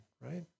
right